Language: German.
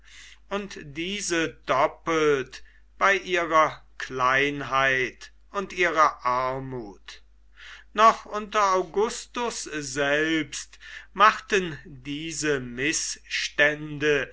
und diese doppelt bei ihrer kleinheit und ihrer armut noch unter augustus selbst machten diese mißstände